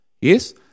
Yes